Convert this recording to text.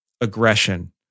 aggression